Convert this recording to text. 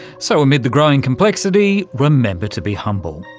so amid the growing complexity, remember to be humble,